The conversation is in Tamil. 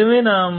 எனவே நாம்